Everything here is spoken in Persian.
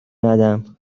ندم